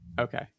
Okay